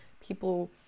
People